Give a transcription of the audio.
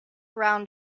round